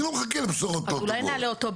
אני לא מחכה לבשורות לא טובות.